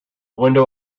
window